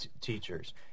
teachers